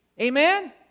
Amen